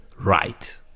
right